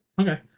Okay